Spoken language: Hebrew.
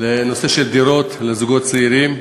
דירות לזוגות צעירים.